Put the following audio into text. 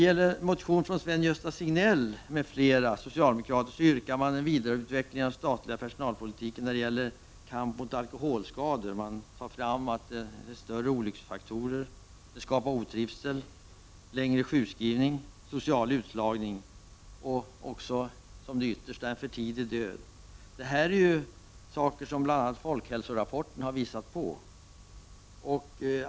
I motionen från Sven-Gösta Signell m.fl. socialdemokrater yrkar man på en vidareutveckling av den statliga personalpolitiken när det gäller kampen mot alkoholskador. Man nämner olycksfaktorer, otrivsel, längre sjukskriv ning, social utslagning och som det yttersta en för tidig död. Detta har bl.a. Folkhälsorapporten visat på.